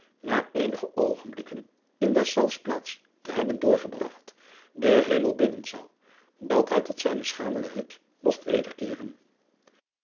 na eenige oogenblikken in deszelfs plaats te hebben doorgebragt den hemel bidden zou dat hij tot zijne schamele hut mogt